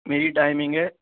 میری ٹائمنگ ہے